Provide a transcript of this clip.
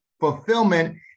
fulfillment